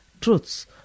truths